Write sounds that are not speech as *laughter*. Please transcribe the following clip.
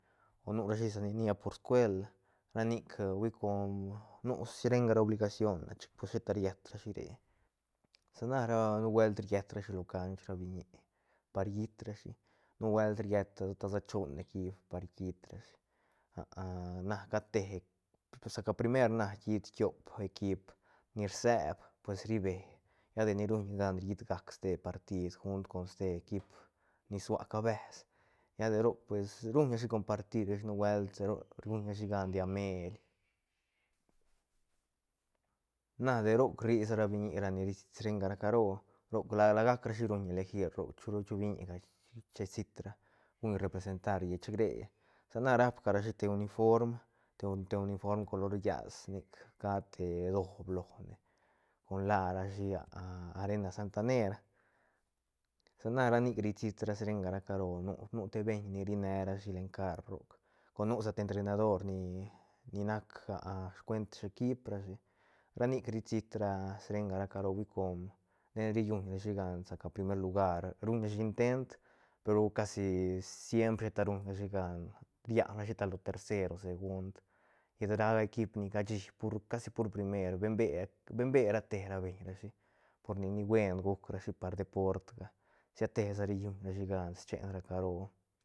O nurashi sa ni nia por scuel ra nic hui com nu srenga ra obligación chic pues sheta riet rashi re sa na nubuelt riet rashi lo canch ra biñi par riit rashi nubuelt riet ta sa choon equip par quiit rashi *hesitation* na cad te sa ca primer na quiit tiop equip ni rseb pues ribe lla de ni ruñ gan riit gac ste partid gunt con ste equip sua cabes lla de roc pues ruñ rashi compartir ish nubuelt sa roc ruñrashi gan de a meil na de roc rri sa ra biñi ra ri siit renga ra caro roc la- lagac rashi ruñ elegir roc chu- chu ra biñiga che siit ra guñ representar lleich re sa na rap carashi te uniform te- te uniform color llas nic ca te doob lo ne con larashi *hesitation* arena santanera sa na ra nic ri siit ra renga ra caro nu te beil ni rine rashi len car roc con nu sa te entrenador ni- ni nac *hesitation* scuent shequip rashi ranic ri siit ra srenga ra caro hui com ten rilluñrashi gan saca primer lugar ruñrashi intent peru casi siempre sheta ruñ rashi gan rianrashi ta lo tercer o segund llet ra equip ni cashi pur casi pur primer benbe- benbe ra te ra beñ rashi por ni- ni buen guc rashi par deportga siatesa ri lluñ rashi gan schen ra caro.